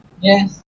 yes